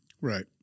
Right